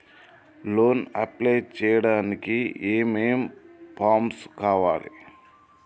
Loan apply చేయడానికి ఏం ఏం ఫామ్స్ కావాలే?